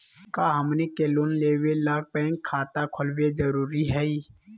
का हमनी के लोन लेबे ला बैंक खाता खोलबे जरुरी हई?